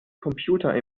computer